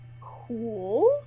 Cool